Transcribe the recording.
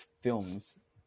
films